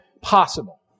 possible